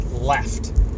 left